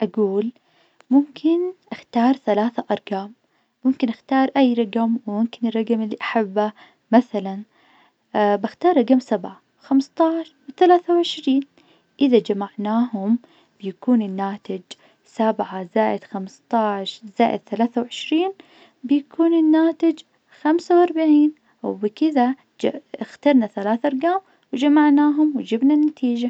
أقول ممكن أختار ثلاثة أرقام ممكن أختار أي رقم وممكن الرقم اللي أحبه مثلا بختار رقم سبعة، خمسة عشر، وثلاثة وعشرين إذا جمعناهم بيكون الناتج سبعة زائد خمسة عشر زائد ثلاثة وعشرين بيكون الناتج خمسة وأربعين، وبكذا ج- إخترنا ثلاث أرقام وجمعناهم وجبنا النتيجة.